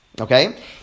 Okay